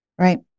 Right